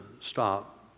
stop